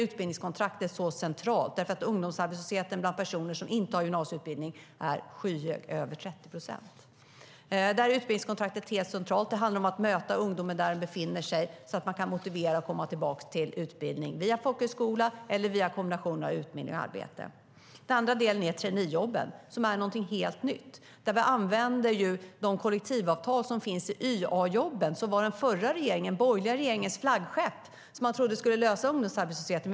Ungdomsarbetslösheten bland personer som inte har gymnasieutbildning är skyhög - över 30 procent. Därför är utbildningskontraktet så centralt. Det handlar om att möta ungdomar där de befinner sig, så att man kan motivera dem att gå tillbaka till utbildning, via folkhögskola eller via en kombination av utbildning och arbete. Den andra delen är traineejobben, som är något helt nytt. Vi använder de kollektivavtal som finns i YA-jobben, som var den borgerliga regeringens flaggskepp, som man trodde skulle lösa ungdomsarbetslösheten.